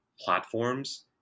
platforms